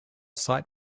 site